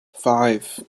five